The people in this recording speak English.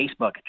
Facebook